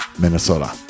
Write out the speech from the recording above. minnesota